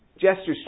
gestures